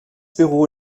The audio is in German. büro